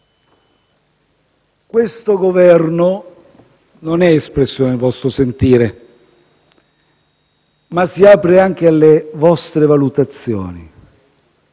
Questo Governo non è espressione del vostro sentire ma si apre anche alle vostre valutazioni,